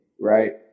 right